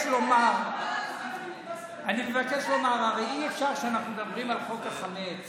מבקש לומר, הרי אי-אפשר שאנחנו מדברים על חוק החמץ